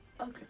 Okay